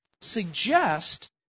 suggest